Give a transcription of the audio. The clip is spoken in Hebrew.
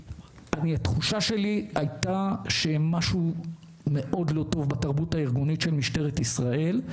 התחושה שלי הייתה שמשהו מאוד לא טוב בתרבות הארגונית של משטרת ישראל.